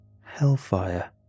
Hellfire